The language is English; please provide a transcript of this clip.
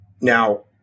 Now